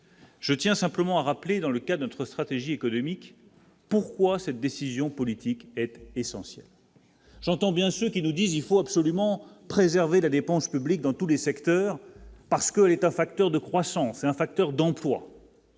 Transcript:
je tiens simplement à rappeler, dans le cas de notre stratégie économique, pourquoi cette décision politique était essentiel, j'entends bien ce qui nous disent : il faut absolument préserver la dépense publique dans tous les secteurs, parce que elle est un facteur de croissance est un facteur d'emplois.